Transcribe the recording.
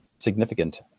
significant